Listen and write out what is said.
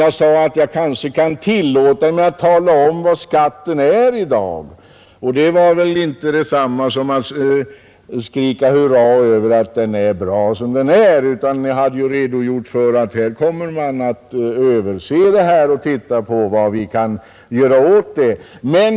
Jag sade att jag kanske kunde tillåta mig att tala om hur stor skatten är i dag. Det är väl inte detsamma som att skrika hurra över att den är bra som den är. Jag hade ju redogjort för att man här kommer att se över beskattningen och undersöka vad vi kan göra åt den.